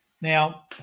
Now